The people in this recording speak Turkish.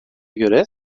göre